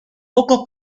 poco